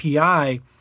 API